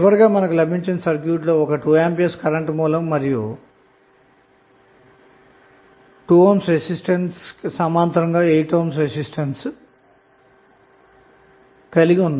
చివరగా మనకు లభించిన సర్క్యూట్ లో ఒక 2 A ఆంపియర్ కరెంటు సోర్స్ మరియు 2 ohm రెసిస్టెన్స్ కి సమాంతరంగా 8 ohm రెసిస్టెన్స్ కలవు